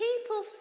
People